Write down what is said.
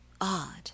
odd